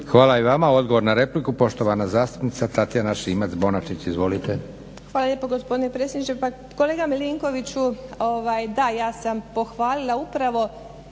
Hvala i vama. Odgovor na repliku, poštovana zastupnica Tatjana Šimac-Bonačić, izvolite. **Šimac Bonačić, Tatjana (SDP)** Hvala lijepo gospodine predsjedniče. Pa kolega Milinkoviću, da ja sam pohvalila upravo